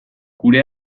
gure